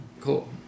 Cool